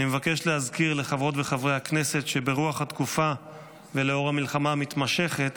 אני מבקש להזכיר לחברות וחברי הכנסת שברוח התקופה ולאור המלחמה המתמשכת,